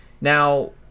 Now